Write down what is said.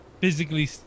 physically